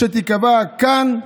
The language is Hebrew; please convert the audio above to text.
שתיקבע כאן.